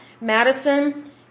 Madison